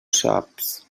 saps